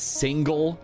single